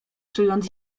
czując